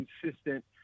consistent